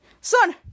Son